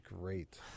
great